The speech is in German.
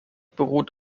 beruht